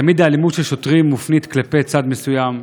תמיד אלימות של שוטרים מופנית כלפי צד מסוים.